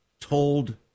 told